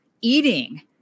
eating